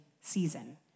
season